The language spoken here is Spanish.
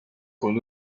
con